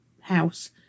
house